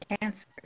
cancer